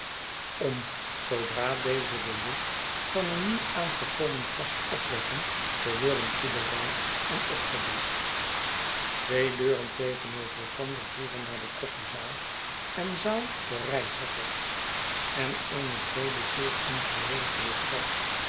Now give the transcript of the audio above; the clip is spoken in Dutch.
om zoodra deze den lust van een nieuwaangekomen gast opwekken te worden toebereid en opgedischt twee deuren tegenover elkander voeren naar de koffiezaal en zaal voor reizigers en eene breede zeer ongeregelde trap